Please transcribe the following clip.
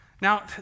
Now